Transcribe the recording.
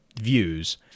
views